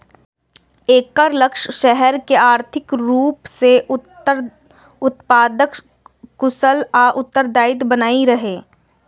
एकर लक्ष्य शहर कें आर्थिक रूप सं उत्पादक, कुशल आ उत्तरदायी बनेनाइ रहै